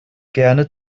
gerne